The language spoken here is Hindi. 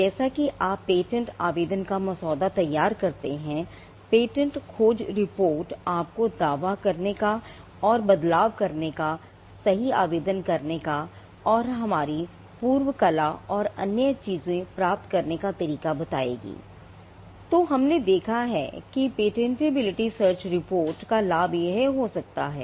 जैसा कि आप पेटेंट आवेदन का मसौदा तैयार करते हैं पेटेंट खोज रिपोर्ट का यह लाभ हो सकता है